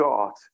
God